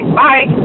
bye